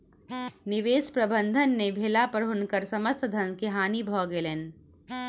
निवेश प्रबंधन नै भेला पर हुनकर समस्त धन के हानि भ गेलैन